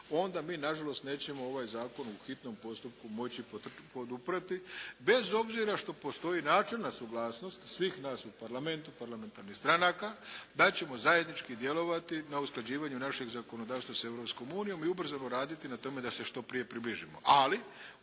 onda mi na žalost nećemo ovaj Zakon u hitnom postupku moći poduprijeti bez obzira što postoji način na suglasnost svih nas u Parlamentu, parlamentarnih stranaka da ćemo zajednički djelovati na usklađivanju našeg zakonodavstva s Europskom unijom i ubrzano raditi na tome da se što prije približimo.